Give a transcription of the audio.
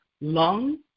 lung